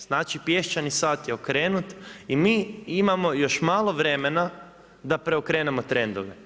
Znači pješčani sat je okrenut i mi imamo još malo vremena da preokrenemo trendove.